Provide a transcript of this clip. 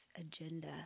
agenda